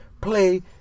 play